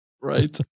Right